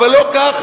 אבל לא ככה.